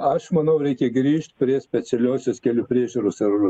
aš manau reikia grįžt prie specialiosios kelių priežiūros ir